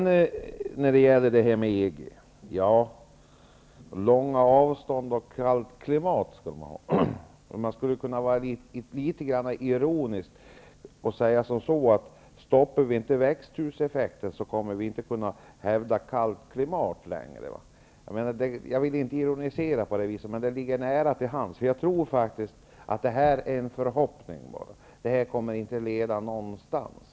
När det sedan gäller detta med EG och att man skall ha långa avstånd och kallt klimat skulle jag kunna vara litet ironisk och säga att om vi inte stoppar växthuseffekten, kommer vi inte att kunna hävda kallt klimat längre. Jag vill inte ironisera på det viset, men det ligger nära till hands. Jag tror att detta bara är en förhoppning. Det kommer inte att leda någonstans.